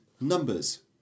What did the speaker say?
Numbers